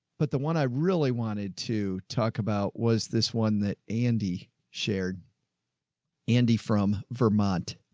but the one i really wanted to talk about was this one that a and d shared andy from vermont.